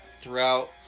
throughout